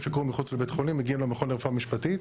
שקורים מחוץ לבית חולים מגיעים למכון לרפואה משפטית.